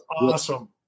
awesome